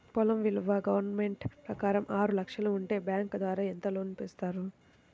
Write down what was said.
పొలం విలువ గవర్నమెంట్ ప్రకారం ఆరు లక్షలు ఉంటే బ్యాంకు ద్వారా ఎంత లోన్ ఇస్తారు?